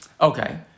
Okay